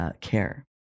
care